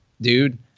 dude